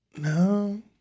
No